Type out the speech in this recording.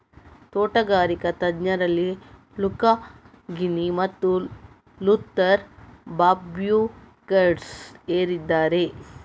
ತೋಟಗಾರಿಕಾ ತಜ್ಞರಲ್ಲಿ Luca Ghini ಮತ್ತು ಲೂಥರ್ ಬರ್ಬ್ಯಾಂಕ್ಸ್ ಏರಿದ್ದಾರೆ